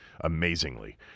amazingly